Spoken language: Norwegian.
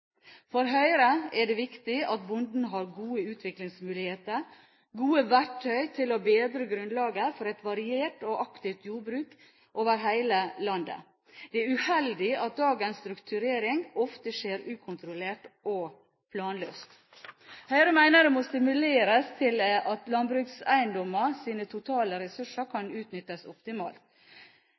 For Høyre er det viktig at bonden har gode utviklingsmuligheter – gode verktøy til å bedre grunnlaget for et variert og aktivt jordbruk over hele landet. Det er uheldig at dagens strukturering ofte skjer ukontrollert og planløst. Høyre mener det må stimuleres til at landbrukseiendommers totale ressurser kan utnyttes optimalt.